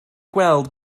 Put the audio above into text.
gweld